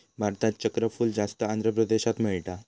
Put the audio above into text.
भारतात चक्रफूल जास्त आंध्र प्रदेशात मिळता